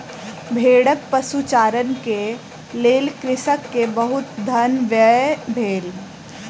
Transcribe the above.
भेड़क पशुचारण के लेल कृषक के बहुत धन व्यय भेल